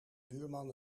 buurman